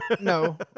No